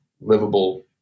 livable